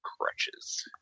crutches